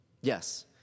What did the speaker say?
Yes